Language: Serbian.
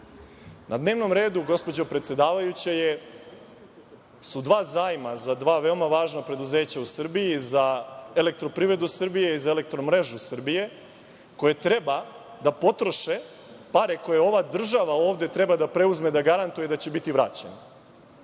Na dnevnom redu, gospođo predsedavajuća, su dva zajma za dva veoma važna preduzeća u Srbiji, za EPS i za EMS, koje treba da potroše pare koje ova država ovde treba da preuzme i da garantuje da će biti vraćene.